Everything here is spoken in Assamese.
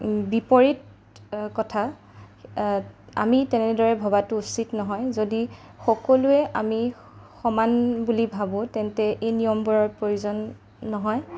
বিপৰীত কথা আমি তেনেদৰে ভবাটো উচিত নহয় যদি সকলোৱে আমি সমান বুলি ভাবোঁ তেন্তে এই নিয়মবোৰৰ প্ৰয়োজন নহয়